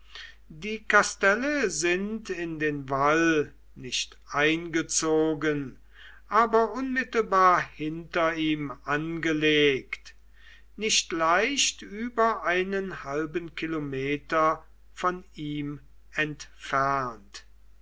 die kastelle sind in den wall nicht eingezogen aber unmittelbar hinter ihm angelegt nicht leicht über einen halben kilometer von ihm entfernt